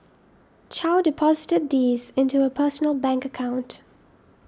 chow deposited these into her personal bank account